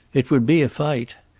it would be a fight.